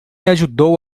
ajudou